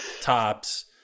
tops